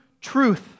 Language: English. truth